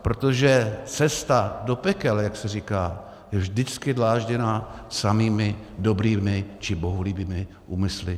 Protože cesta do pekel, jak se říká, je vždycky dlážděná samými dobrými či bohulibými úmysly.